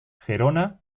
gerona